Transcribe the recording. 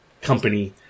company